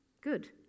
Good